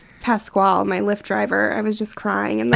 pasqual my lyft driver, i was just crying in the